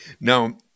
Now